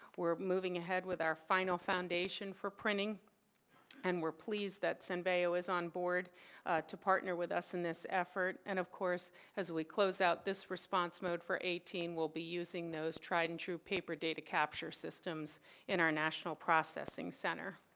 we are moving ahead with our final foundation for printing and we are pleased that somebody was onboard to partner with us in this effort and of course as we closeout this response mode for eighteen, we'll be using those tried-and-true paper data capture systems in our national processing center.